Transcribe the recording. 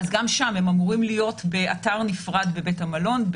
גם שם הם אמורים להיות באתר נפרד בבית המלון,